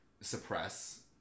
suppress